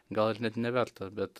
gal ir net neverta bet